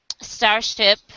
Starship